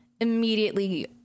immediately